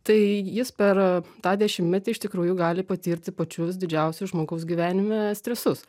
tai jis per tą dešimtmetį iš tikrųjų gali patirti pačius didžiausius žmogaus gyvenime stresus